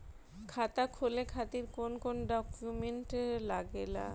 खाता खोले खातिर कौन कौन डॉक्यूमेंट लागेला?